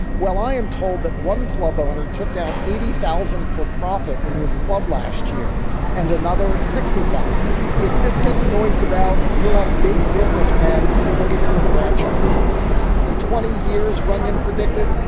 well, i am told that one club owner took down eighty thousand for profit in his club last year and another sixty thousand. if this gets noise, the bout will have big businessmen looking for franchises in twenty years, runyon predicted.